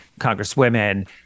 congresswomen